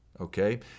okay